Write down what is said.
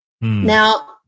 Now